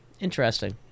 interesting